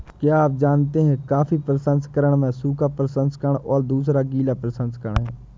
क्या आप जानते है कॉफ़ी प्रसंस्करण में सूखा प्रसंस्करण और दूसरा गीला प्रसंस्करण है?